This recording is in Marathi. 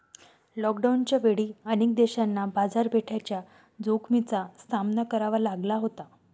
लॉकडाऊनच्या वेळी अनेक देशांना बाजारपेठेच्या जोखमीचा सामना करावा लागला होता